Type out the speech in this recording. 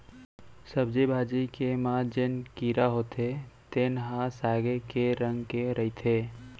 सब्जी भाजी के म जेन कीरा होथे तेन ह सागे के रंग के रहिथे